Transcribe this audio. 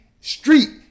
street